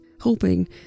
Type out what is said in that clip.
hoping